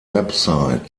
website